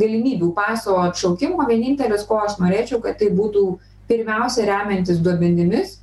galimybių paso atšaukimo vienintelis ko aš norėčiau kad tai būtų pirmiausiai remiantis duomenimis